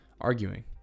arguing